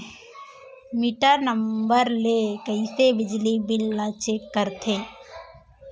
Metre number ले कइसे बिजली बिल ल चेक करथे?